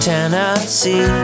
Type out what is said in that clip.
Tennessee